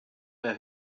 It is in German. mehr